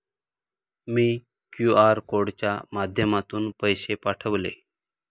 मी QR कोडच्या माध्यमातून पैसे पाठवले